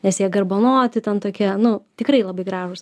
nes jie garbanoti ten tokie nu tikrai labai gražūs